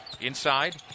Inside